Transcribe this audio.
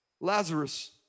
Lazarus